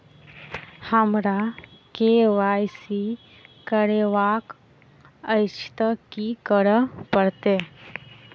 हमरा केँ Y C करेवाक अछि तऽ की करऽ पड़तै?